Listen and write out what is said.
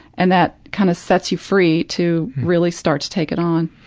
and that kind of sets you free to really start to take it on.